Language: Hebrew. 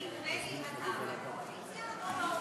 בקואליציה או באופוזיציה?